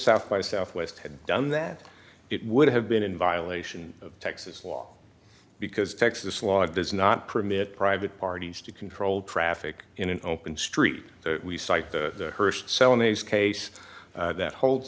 south by southwest had done that it would have been in violation of texas law because texas law does not permit private parties to control traffic in an open street we cite the first cell in a case that holds